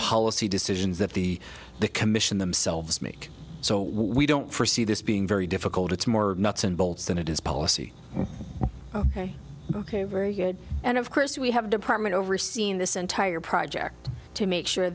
policy decisions that the commission themselves make so we don't forsee this being very difficult it's more nuts and bolts than it is policy ok very good and of course we have department overseeing this entire project to make sure